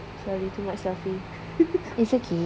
sorry too much selfie